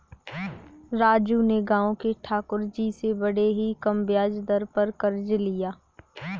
राजू ने गांव के ठाकुर जी से बड़े ही कम ब्याज दर पर कर्ज लिया